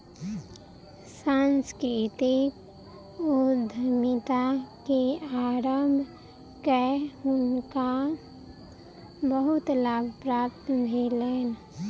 सांस्कृतिक उद्यमिता के आरम्भ कय हुनका बहुत लाभ प्राप्त भेलैन